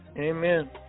Amen